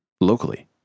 locally